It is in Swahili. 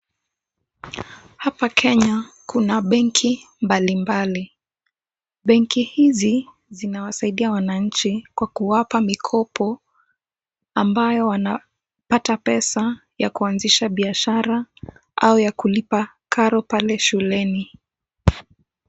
Hapa Kenya kuna benki mbalimbali. Benki hizi zinawasaidia wananchi kwa kuwapa mikopo ambayo wanapata pesa ya kuanzisha biashara au ya kulipa karo pale shuleni.